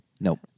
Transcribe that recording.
Nope